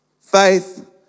Faith